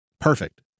perfect